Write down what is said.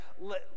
Let